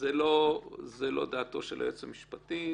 שלא דעתו של היועץ המשפטי,